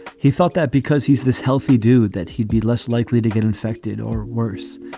he thought that because he's this healthy do that he'd be less likely to get infected or worse.